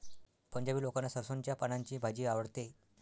पंजाबी लोकांना सरसोंच्या पानांची भाजी आवडते